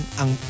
ang